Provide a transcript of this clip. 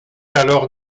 alors